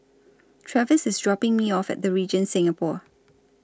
Travis IS dropping Me off At The Regent Singapore